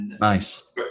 Nice